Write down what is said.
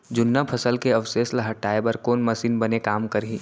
जुन्ना फसल के अवशेष ला हटाए बर कोन मशीन बने काम करही?